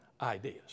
ideas